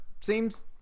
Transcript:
seems